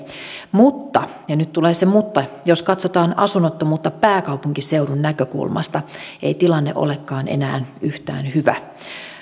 mutta ja nyt tulee se mutta jos katsotaan asunnottomuutta pääkaupunkiseudun näkökulmasta ei tilanne olekaan enää yhtään hyvä